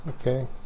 Okay